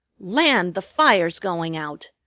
land! the fire's going out!